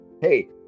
Hey